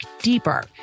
deeper